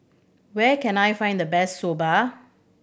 where can I find the best Soba